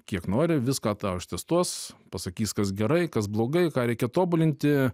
kiek nori viską tau ištestuos pasakys kas gerai kas blogai ką reikia tobulinti